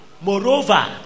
Moreover